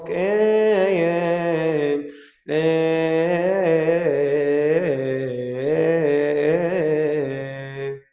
a a